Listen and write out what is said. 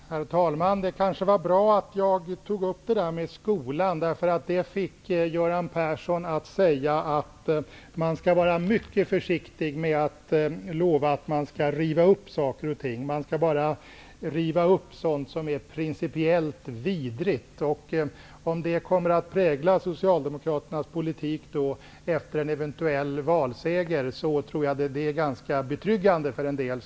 Herr talman! Det kanske var bra att jag tog upp det där med skolan, därför att det fick Göran Persson att säga att man skall vara mycket försiktig med att lova att riva upp saker och ting. Man skall bara riva upp sådant som är principiellt vidrigt, sade han. Om det kommer att prägla Socialdemokraternas politik efter en eventuell valseger, tror jag att det är ganska betryggande för en del.